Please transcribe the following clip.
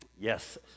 Yes